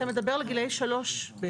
אתה מדבר על גילאי 3 בעצם.